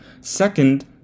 Second